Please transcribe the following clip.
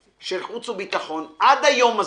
של חוץ וביטחון, עד היום הזה,